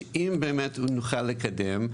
שאם באמת נוכל לקדם אותה,